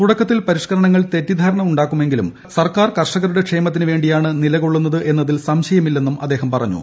തുടക്കത്തിൽ പരിഷ്കരണൂങ്ങൾ തെറ്റിധാരണ ഉണ്ടാക്കുമെങ്കിലും സർക്കാർ കർഷകരുടെ ക്ഷേമത്തിന് ്വേണ്ടിയാണ് നിലകൊള്ളുന്നത് എന്നതിൽ സംശയമില്ലെന്നും അദ്ദേഹം പറഞ്ഞു